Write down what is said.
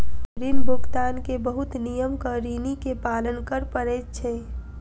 ऋण भुगतान के बहुत नियमक ऋणी के पालन कर पड़ैत छै